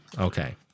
Okay